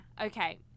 Okay